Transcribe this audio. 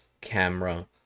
Camera